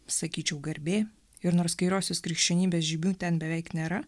sakyčiau garbė ir nors kairiosios krikščionybės žymių ten beveik nėra